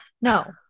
no